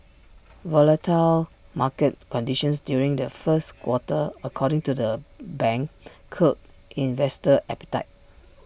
volatile market conditions during the first quarter according to the bank curbed investor appetite